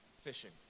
fishing